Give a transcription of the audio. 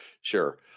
Sure